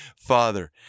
father